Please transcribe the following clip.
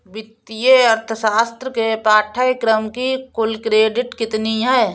वित्तीय अर्थशास्त्र के पाठ्यक्रम की कुल क्रेडिट कितनी है?